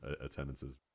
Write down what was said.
attendances